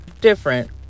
different